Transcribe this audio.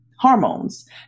Hormones